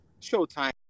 Showtime